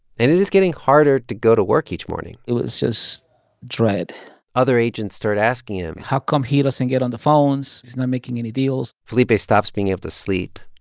and it is getting harder to go to work each morning it was just dread other agents start asking him. how come he doesn't get on the phones? he's not making any deals felipe stops being able to sleep.